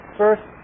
first